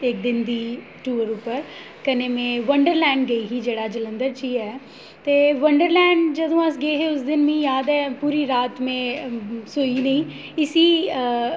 इक दिन दी टूर उप्पर कन्नै में वंडर लैंड गई ही जेह्ड़ा जलंधर ची ऐ ते वंडर लैंड जदूं अस गे हे उ'स्स दिन मीं याद ऐ पूरी रात में सोई नेही इ'सी अऽ